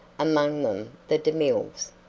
among them the demilles,